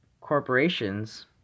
corporations